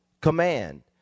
command